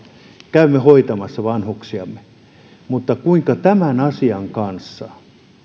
käymme hoitamassa vanhuksiamme kuinka on tämän asian kanssa